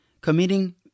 committing